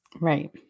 Right